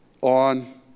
on